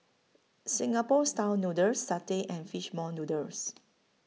Singapore Style Noodles Satay and Fish Ball Noodles